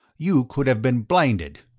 you could have been blinded.